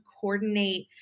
coordinate